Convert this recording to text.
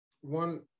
one